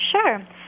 Sure